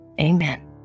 Amen